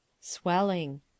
SWELLING